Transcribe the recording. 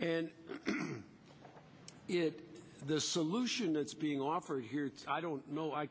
and it the solution that's being offered here i don't know i